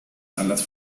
salas